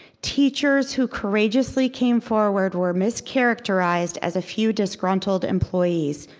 teachers who courageously came forward were mischaracterized as a few disgruntled employees,